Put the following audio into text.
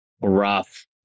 Rough